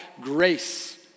grace